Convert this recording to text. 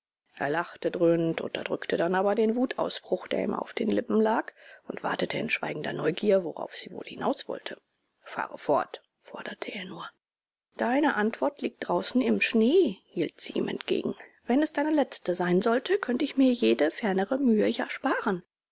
er lachte dröhnend unterdrückte dann aber den wutausbruch der ihm auf den lippen lag und wartete in schweigender neugier worauf sie wohl hinauswollte fahre fort forderte er nur deine antwort liegt draußen im schnee hielt sie ihm entgegen wenn es deine letzte sein sollte könnte ich mir jede fernere mühe ja sparen